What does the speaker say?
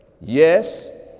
Yes